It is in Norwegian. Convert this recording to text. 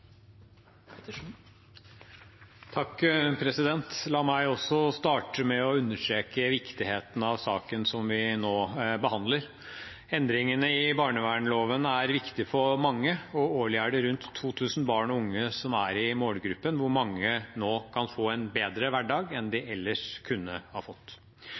La meg også starte med å understreke viktigheten av saken som vi nå behandler. Endringene i barnevernloven er viktig for mange. Årlig er det rundt 2 000 barn og unge som er i målgruppen, hvorav mange nå kan få en bedre hverdag enn de ellers kunne ha fått.